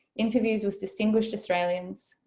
interviews with distinguished australians,